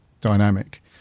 dynamic